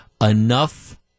enough